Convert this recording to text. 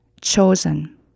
chosen